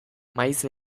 maiz